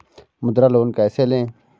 मुद्रा लोन कैसे ले?